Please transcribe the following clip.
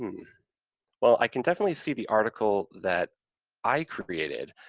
well, i can definitely see the article that i created,